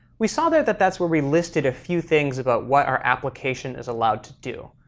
we saw there that that's where we listed a few things about what our application is allowed to do.